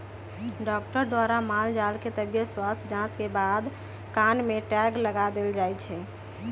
doctor द्वारा माल जाल के तबियत स्वस्थ जांच के बाद कान में टैग लगा देल जाय छै